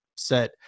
set